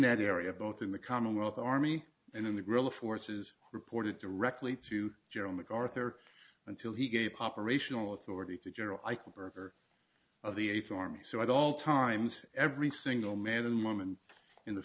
that area both in the commonwealth army and in the grill forces reported directly to general macarthur until he gave operational authority to general eichelberger of the eighth army so i all times every single man and woman in the